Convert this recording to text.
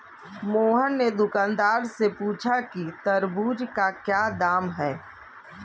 मोहन ने दुकानदार से पूछा कि तरबूज़ का क्या दाम है?